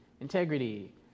integrity